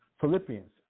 Philippians